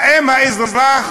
האם האזרח